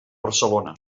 barcelona